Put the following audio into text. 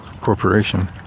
corporation